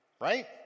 right